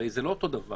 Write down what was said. הרי זה לא אותו הדבר.